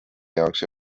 jaoks